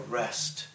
rest